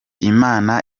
imana